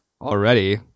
already